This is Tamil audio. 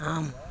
ஆம்